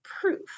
proof